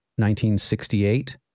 1968